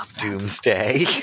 Doomsday